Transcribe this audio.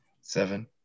Seven